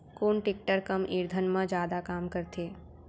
कोन टेकटर कम ईंधन मा जादा काम करथे?